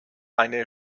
eine